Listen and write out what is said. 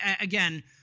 again